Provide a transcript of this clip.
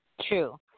True